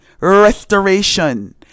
restoration